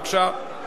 בבקשה.